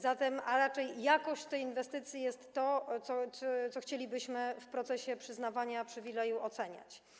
Zatem raczej jakość tej inwestycji jest tym, co chcielibyśmy w procesie przyznawania przywileju oceniać.